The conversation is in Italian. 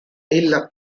ella